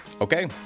Okay